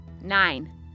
Nine